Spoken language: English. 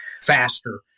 faster